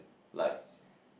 like